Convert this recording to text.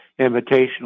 Invitational